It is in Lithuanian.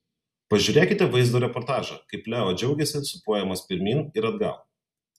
pažiūrėkite vaizdo reportažą kaip leo džiaugiasi sūpuojamas pirmyn ir atgal